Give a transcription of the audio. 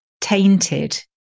tainted